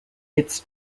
its